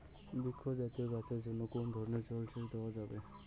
বৃক্ষ জাতীয় গাছের জন্য কোন ধরণের জল সেচ দেওয়া যাবে?